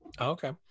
Okay